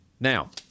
Now